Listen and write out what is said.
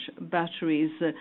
batteries